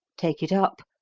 take it up,